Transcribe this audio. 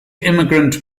immigrant